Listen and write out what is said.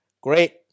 great